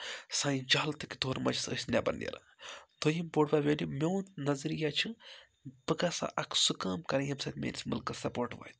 سانہِ جہالتٕکۍ دورٕ منٛز چھَس أسۍ نٮ۪بَر نیران دوٚیِم بوٚڑ بارٕ ویلیوٗ میون نَظریا چھُ بہٕ گژھٕ ہا اَکھ سُہ کٲم کَرٕنۍ ییٚمہِ ساتہٕ میٲنِس مُلکَس سَپوٹ واتہِ